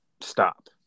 stop